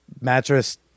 mattress